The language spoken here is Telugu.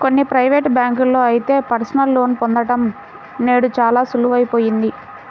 కొన్ని ప్రైవేటు బ్యాంకుల్లో అయితే పర్సనల్ లోన్ పొందడం నేడు చాలా సులువయిపోయింది